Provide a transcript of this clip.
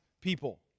people